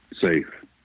safe